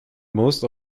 most